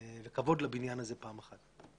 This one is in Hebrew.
וכבוד לבניין הזה פעם אחת.